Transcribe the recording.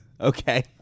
Okay